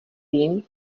vím